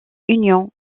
union